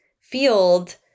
field